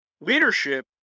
leadership